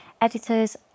editors